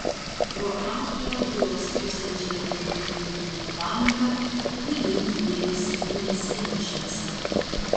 pro atvirą jūros pusėn žvelgiantį miegamojo langą vidun liejosi mėnesienos šviesa